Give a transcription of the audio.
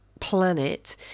planet